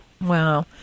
Wow